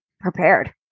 prepared